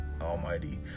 Almighty